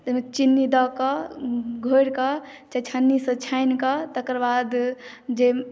तऽ ओहिमे चीनी दऽ कऽ घोरि कऽ चाय छन्नी सँ छानि कऽ तकरबाद जे